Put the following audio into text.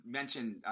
mentioned